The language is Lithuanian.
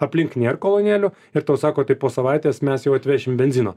aplink nėra kolonėlių ir tau sako tik po savaitės mes jau atvešim benzino